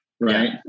Right